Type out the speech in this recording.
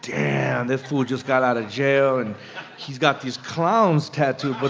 damn, that fool just got out of jail. and he's got these clowns tattoo, but